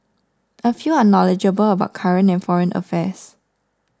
a few are knowledgeable about current and foreign affairs